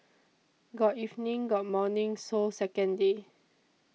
got evening got morning so second day